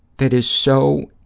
that is so,